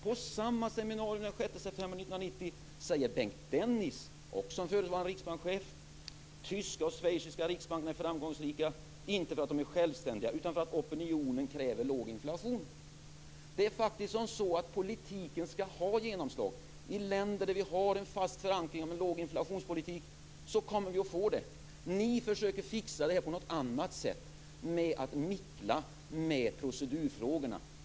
På samma seminarium, den 6 september 1990, sade Bengt Dennis - också f.d. riksbankschef - att de tyska och schweiziska riksbankerna var framgångsrika inte för att de är självständiga utan för att opinionen kräver låg inflation. Det är faktiskt så att politiken skall ha genomslag. I länder där vi har en fast förankring av en låginflationspolitik kommer vi att få det. Ni försöker fixa det här på något annat sätt genom att mickla med procedurfrågorna.